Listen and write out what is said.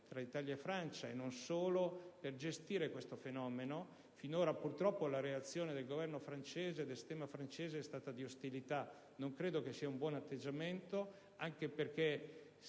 tra Italia e Francia, e non solo per gestire questo fenomeno. Finora purtroppo la reazione del Governo e del sistema francese è stata di ostilità: non credo che questo sia un buon atteggiamento, anche perché